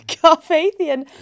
Carpathian